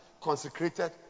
consecrated